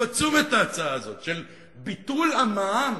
עצום את ההצעה הזאת של ביטול המע"מ,